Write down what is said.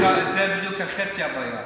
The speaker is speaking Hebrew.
זה בדיוק חצי הבעיה,